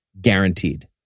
guaranteed